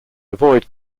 avoid